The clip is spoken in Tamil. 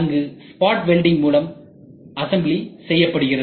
அங்கு ஸ்பாட் வெல்டிங் மூலம் அசம்பிளி செய்யப்படுகிறது